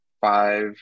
five